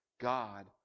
God